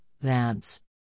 Vance